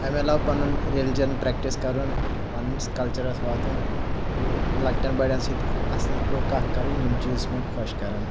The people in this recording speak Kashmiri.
امہِ علاوٕ پَنُن ریلِجَن پریکٹِس کَرُن پنُن کَلچَرَس واتُن تہٕ لکٹؠن بڑؠن سۭتۍ اصٕل پٲٹھۍ کتھ کرٕنۍ یِم چیٖز چھِ مےٚ خۄش کران